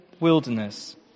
wilderness